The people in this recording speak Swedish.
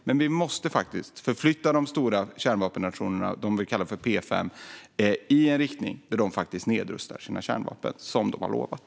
Men de stora kärnvapennationerna - som vi kallar P5 - måste förflytta sig i en riktning så att de nedrustar sina kärnvapen, som de har lovat.